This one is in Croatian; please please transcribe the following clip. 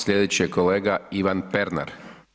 Slijedeći je kolega Ivan Pernar.